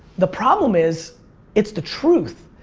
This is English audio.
the problem is it's the truth.